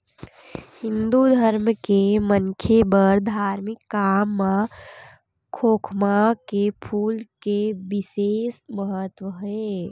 हिंदू धरम के मनखे बर धारमिक काम म खोखमा के फूल के बिसेस महत्ता हे